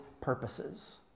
purposes